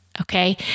Okay